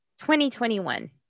2021